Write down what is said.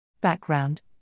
Background